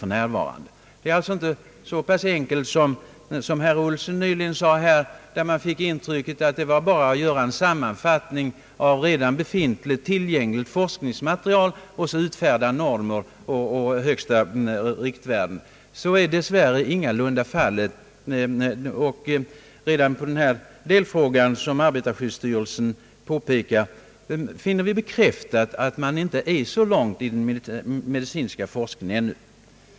Saken är alltså ingalunda så enkel som herr Olsson nyss framställde den, då man fick intrycket att det bara var att sammanfatta redan befintligt forskningsmaterial och sedan utfärda normer på högsta riktvärden. Redan då det gäller denna delfråga finner vi det bekräftat genom styrelsens uppgifter att den medicinska forskningen ännu inte har kommit så långt.